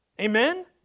Amen